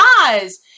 eyes